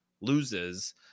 loses